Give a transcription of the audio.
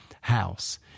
house